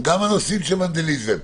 גם הנושאים של ונדליזם,